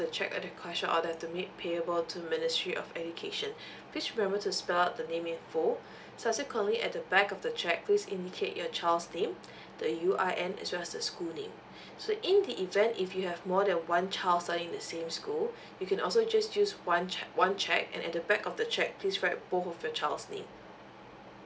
the cheque or the cashier order to make payable to ministry of education please remember to spell out the name in full subsequently at the back of the cheque please indicate your child's name the U I N as well as the school name so in the event if you have more than one child studying in the same school you can also just use one chec~ one cheque and at the back of the cheque please write both of your child's name